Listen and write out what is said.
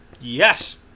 Yes